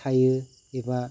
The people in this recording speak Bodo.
थायो एबा